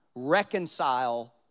reconcile